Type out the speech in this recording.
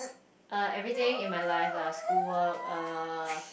err everything in my life lah school work err